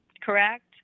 correct